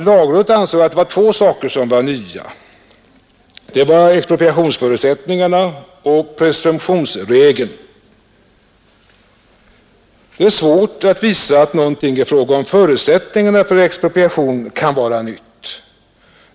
Lagrådet ansåg att det var två saker som var nya — expropriationsförutsättningarna och presumtionsregeln. Det är svårt att visa att någonting i fråga om förutsättningarna för expropriation kan vara nytt.